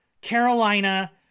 Carolina